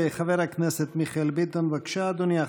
חבר הכנסת מיכאל ביטון, בבקשה, אדוני.